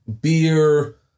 beer